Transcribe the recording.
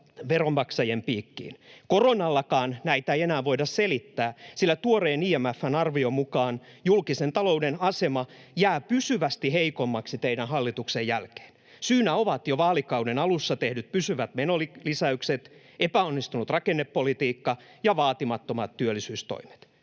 veronmaksajien piikkiin. Koronallakaan näitä ei enää voida selittää, sillä tuoreen IMF:n arvion mukaan julkisen talouden asema jää pysyvästi heikommaksi teidän hallituksenne jälkeen. Syynä ovat jo vaalikauden alussa tehdyt pysyvät menolisäykset, epäonnistunut rakennepolitiikka ja vaatimattomat työllisyystoimet.